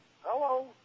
Hello